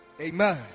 amen